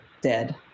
dead